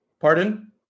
Pardon